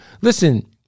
Listen